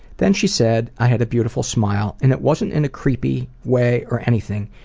then she said i had a beautiful smile and it wasn't in a creepy way or anything.